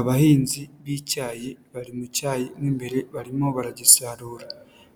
Abahinzi b'icyayi bari mu cyayi mo imbere barimo baragisarura,